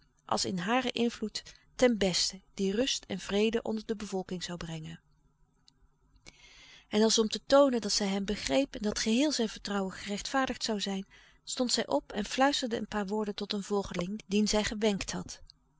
als in haren invloed ten beste die rust en vrede onder de bevolking zoû brengen en als om te toonen dat zij hem begreep en dat geheel zijn vertrouwen gerechtvaardigd zoû zijn stond zij op en fluisterde een paar woorden tot een volgeling dien zij gewenkt had